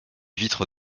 vitres